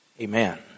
Amen